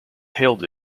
hailed